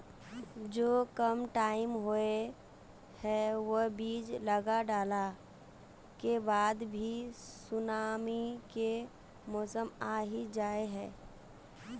जो कम टाइम होये है वो बीज लगा डाला के बाद भी सुनामी के मौसम आ ही जाय है?